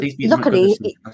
luckily